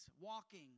walking